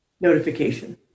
notification